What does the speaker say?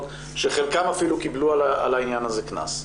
שחלקם אפילו קיבלו על העניין הזה קנס,